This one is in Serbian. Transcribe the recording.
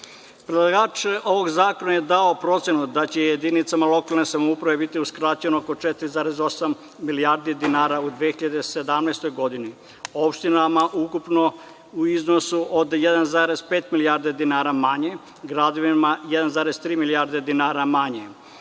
Srbije. Predlagač ovog zakona je dao procenu da će jedinicama lokalne samouprave biti uskraćeno oko 4,8 milijardi dinara u 2017. godini, opštinama ukupno u iznosu od 1,5 milijardi dinara manje, gradovima 1,3 milijarde dinara manje.